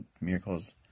Miracles